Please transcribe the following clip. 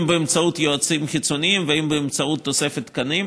אם באמצעות יועצים חיצוניים ואם באמצעות תוספת תקנים.